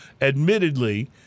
admittedly